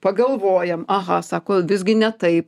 pagalvojam aha sako visgi ne taip